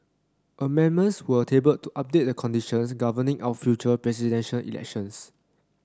amendments were tabled to update the conditions governing our future Presidential Elections